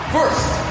First